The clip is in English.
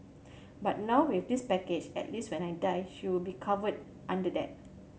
but now with this package at least when I die she will be covered under that